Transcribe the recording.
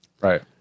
right